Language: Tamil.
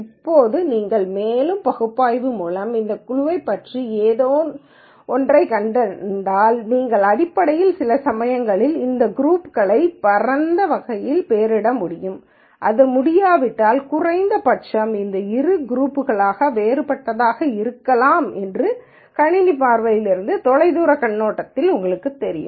இப்போது நீங்கள் மேலும் பகுப்பாய்வு மூலம் இந்த குழுவைப் பற்றி ஏதேனும் ஒன்றைக் கண்டால் நீங்கள் அடிப்படையில் சில சமயங்களில் இந்த குரூப்ஸ் களையும் பரந்த வகைகளையும் பெயரிட முடியும் அது முடியாவிட்டால் குறைந்தபட்சம் இந்த இரு குரூப்ஸ் வேறுபட்டதாக இருக்கலாம் என்று கணினி பார்வையில் இருந்து தொலைதூரக் கண்ணோட்டத்தில் உங்களுக்குத் தெரியும்